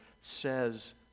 says